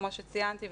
כמו שציינתי,